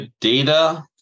data